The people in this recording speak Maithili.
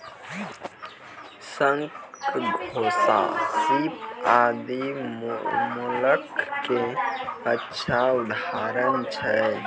शंख, घोंघा, सीप आदि मोलस्क के अच्छा उदाहरण छै